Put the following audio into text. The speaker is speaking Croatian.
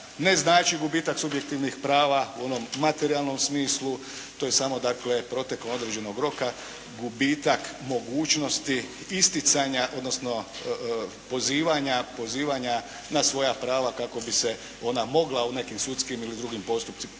ne znači gubitak subjektivnih prava u onom materijalnom smislu. To je samo protekom određenog roka gubitak mogućnosti isticanja odnosno pozivanja na svoja prava kako bi se ona mogla u nekim sudskim ili drugim,